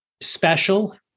special